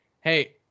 hey